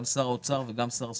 גם שר האוצר וגם שר הספורט,